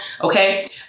okay